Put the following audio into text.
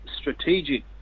strategic